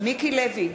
מיקי לוי,